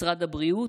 משרד הבריאות,